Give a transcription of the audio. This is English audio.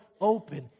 open